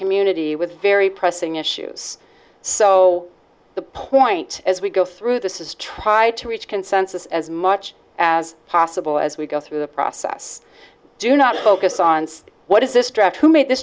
community with very pressing issues so the point as we go through this is try to reach consensus as much as possible as we go through the process do not focus on what is this draft who made th